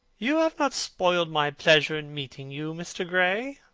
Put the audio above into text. you have not spoiled my pleasure in meeting you, mr. gray,